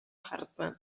jartzen